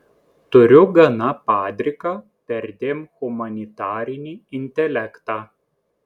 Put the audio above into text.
turiu gana padriką perdėm humanitarinį intelektą